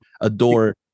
adore